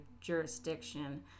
jurisdiction